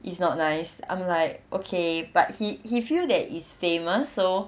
it's not nice I'm like okay but he he feel that it's famous so